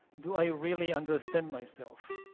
do i really understand myself?